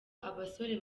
abasore